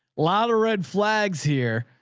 lot of red flags here,